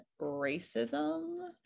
racism